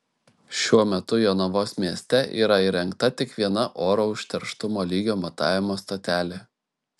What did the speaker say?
šiuo metu jonavos mieste yra įrengta tik viena oro užterštumo lygio matavimo stotelė